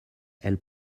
elle